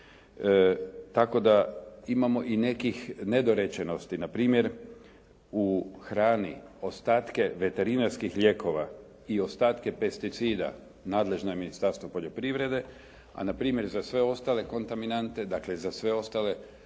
tako imamo i nekih nedorečenosti. Na primjer u hrani ostatke veterinarskih lijekova i ostatke pesticida nadležno je Ministarstvo poljoprivrede, a na primjer za sve ostale kontaminante, dakle za sve ostale